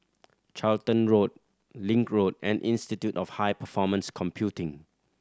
Charlton Road Link Road and Institute of High Performance Computing